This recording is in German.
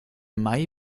mai